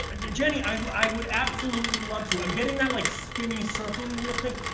ah jenny, i i would absolutely love to. i'm getting that, like, spinny circling wheel thing.